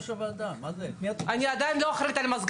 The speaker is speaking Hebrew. לא רק במה שקורה בוועדה אלא גם מה שקורה מאחורי